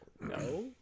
no